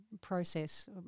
process